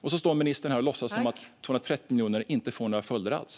Och så står ministern här och låtsas att 230 miljoner inte får några följder alls.